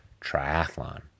triathlon